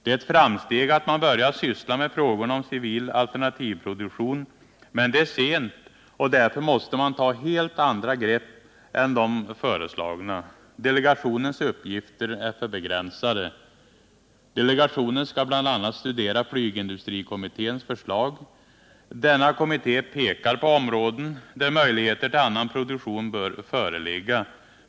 Det är ett framsteg att man börjar syssla med frågorna om civil alternativproduktion, men det är sent, och därför måste man ta helt andra grepp än de föreslagna. Delegationens uppgifter är för begränsade. Delegationen skall bl.a. studera flygindustrikommitténs förslag. Denna kommitté pekar på områden där möjligheter till annan produktion bör föreligga.